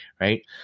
right